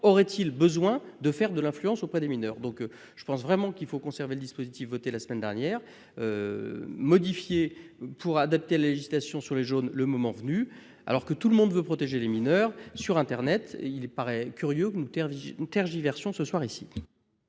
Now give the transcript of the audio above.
auraient-ils besoin de faire de l'influence auprès des mineurs ? Je pense vraiment qu'il faut conserver le dispositif voté la semaine dernière, en le modifiant pour adapter la législation le moment venu. Alors que tout le monde veut protéger les mineurs sur internet, il paraît curieux que nous tergiversions ce soir ...